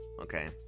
Okay